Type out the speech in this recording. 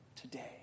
today